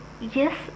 yes